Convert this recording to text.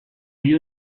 you